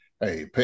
Hey